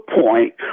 point